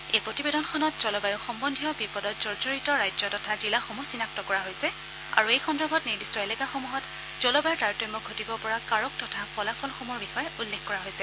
এই প্ৰতিবেদনখনত জলবায়ু সহন্দীয় বিপদত জৰ্জৰিত ৰাজ্য তথা জিলাসমূহ চিনাক্ত কৰা হৈছে আৰু এই সন্দৰ্ভত নিৰ্দিষ্ট এলেকাসমূহত জলবায়ুৰ তাৰতম্য ঘটিব পৰা কাৰক তথা ফলাফলসমূহৰ বিষয়ে উল্লেখ কৰা হৈছে